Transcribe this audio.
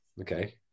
Okay